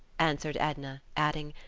answered edna, adding,